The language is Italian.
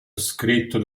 scritto